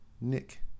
Nick